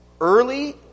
early